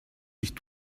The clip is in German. mich